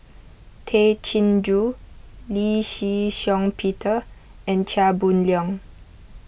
Tay Chin Joo Lee Shih Shiong Peter and Chia Boon Leong